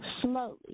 slowly